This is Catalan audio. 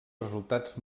resultats